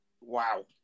Wow